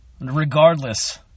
Regardless